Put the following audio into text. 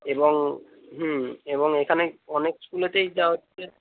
এবং হুম এবং এখানে অনেক স্কুলেতেই যা হচ্ছে